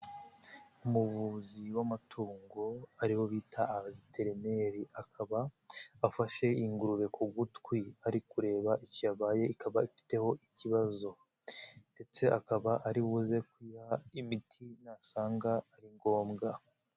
Umuvuzi w'amatungo aribo bita abaviterineri, akaba afashe ingurube ku gutwi ari kureba icyo yabaye ikaba ifiteho ikibazo ndetse akaba ari buze kuyaha imiti nasanga ari ngombwa.